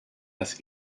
das